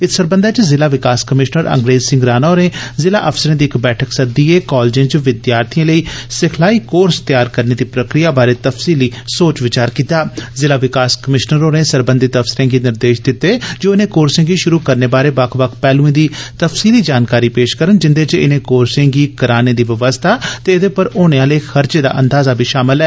इत सरबंधै च जिला विकास कमीश्नर अंग्रेज सिंह राणा होरे जिला अफसरे दी इक बैठक सद्दिदएं कॉलजे च विद्यार्थिएं लेई सिखलाई कोर्स दी तैयार करने दी प्रक्रिया दा ज़िला विकास कमीश्नर होरें सरबंधित अफसरें गी निर्देश दित्ते जे ओह इनें कोर्सें गी शुरू करने बारै बक्ख बक्ख पैहलुएं दी तफसीली जानकारी पेश करन जिन्दे च इने कोर्स गी कराने दी व्यवस्था ते एहदे पर औने आले खर्चे दा अंदाजा बगैरा बी शामल ऐ